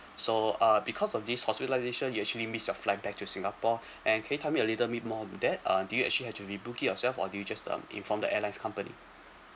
so uh because of this hospitalisation you actually missed your flight back to singapore and can you tell me a little bit more on that uh do you actually had to rebook it yourself or do you just uh inform the airlines company